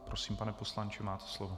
Prosím, pane poslanče, máte slovo.